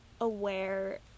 aware